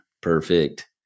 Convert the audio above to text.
perfect